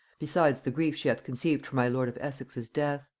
besides the grief she hath conceived for my lord of essex's death.